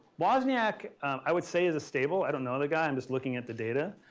wasniack i would say is a stable. i don't know the guy. i'm just looking at the data,